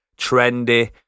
Trendy